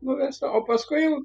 nuvesta o paskui